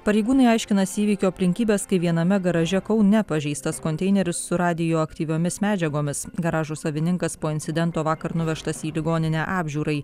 pareigūnai aiškinasi įvykio aplinkybes kai viename garaže kaune pažeistas konteineris su radioaktyviomis medžiagomis garažo savininkas po incidento vakar nuvežtas į ligoninę apžiūrai